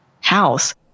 house